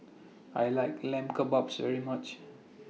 I like Lamb Kebabs very much